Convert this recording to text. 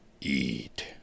EAT